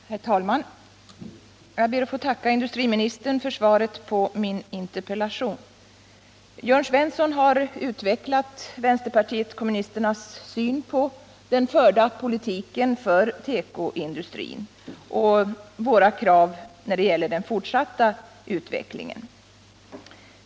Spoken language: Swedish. Herr talman! Jag ber att få tacka industriministern för svaret på min interpellation. Jörn Svensson har utvecklat vänsterpartiet kommunisternas syn på den förda politiken för tekoindustrin och våra krav när det gäller den fortsatta utvecklingen.